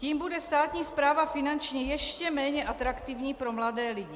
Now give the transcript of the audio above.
Tím bude státní správa finančně ještě méně atraktivní pro mladé lidi.